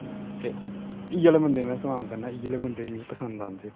ते इ'यै लेह् बंदे गी में सालम करना इ'यै लेह् बंदे गै मिगी पसंद आंदे